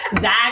Zach